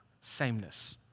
sameness